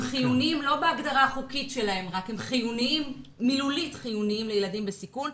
חיוניים לא בהגדרה חוקית שלהם אלא הם חיוניים מילולית לילדים בסיכון,